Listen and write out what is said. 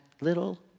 little